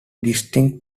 distinct